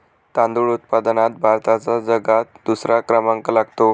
तांदूळ उत्पादनात भारताचा जगात दुसरा क्रमांक लागतो